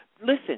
listen